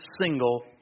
single